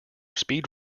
speed